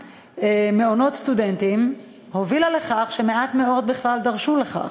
מעונות סטודנטים הובילה לכך שמעט מאוד בכלל נדרשו לכך.